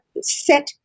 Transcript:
set